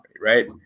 right